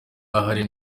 ahari